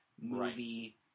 movie